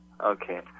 Okay